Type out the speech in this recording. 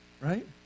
right